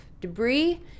debris